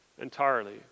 entirely